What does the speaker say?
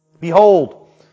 Behold